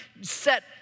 set